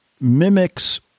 mimics